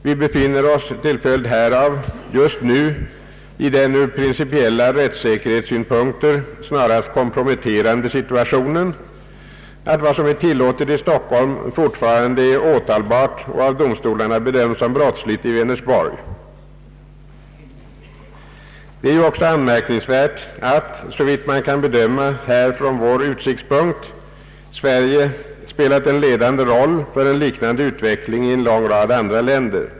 Vi befinner oss till följd härav just nu i den ur principiella rättssäkerhetssyn punkter snarast komprometterande situationen att vad som är tillåtet i Stockholm fortfarande är åtalbart och av domstolarna bedöms som brottsligt i Vänersborg. Det är också anmärkningsvärt att, såvitt man kan bedöma här från vår utsiktspunkt, Sverige spelat en ledande roll för en liknande utveckling i en lång rad andra länder.